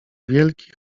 wielki